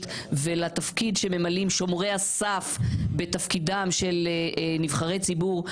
ולתפקיד שממלאים שומרי הסף בתפקידם של נבחרי ציבור.